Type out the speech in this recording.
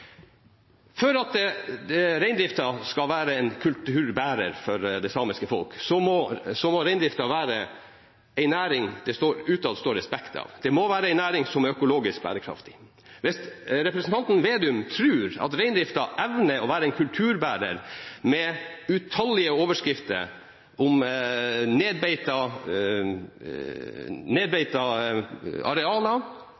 samiske folk, må reindriften være en næring det utad står respekt av. Det må være en næring som er økologisk bærekraftig. Hvis representanten Slagsvold Vedum tror at reindriften evner å være en kulturbærer med utallige overskrifter om nedbeitede arealer,